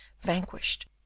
vanquished